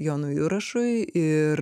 jonui jurašui ir